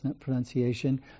pronunciation